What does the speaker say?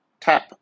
tap